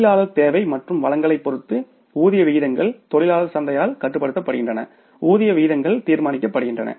தொழிலாளர் தேவை மற்றும் வழங்கலைப் பொறுத்து வேஜ் ரேட்ஸ் தொழிலாளர் சந்தையால் கட்டுப்படுத்தப்படுகின்றன வேஜ் ரேட்ஸ் தீர்மானிக்கப்படுகின்றன